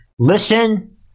Listen